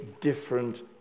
different